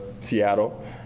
Seattle